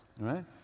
right